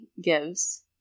gives